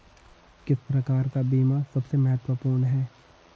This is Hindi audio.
किस प्रकार का बीमा सबसे महत्वपूर्ण है?